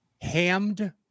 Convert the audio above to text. Hammed